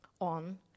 on